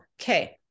okay